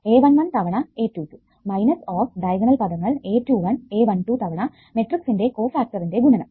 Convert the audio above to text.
a11 തവണ a22 minus off diagonal പദങ്ങൾ a21 a12 തവണ മെട്രിക്സിന്റെ കോ ഫാക്ടറിന്റെ ഗുണനം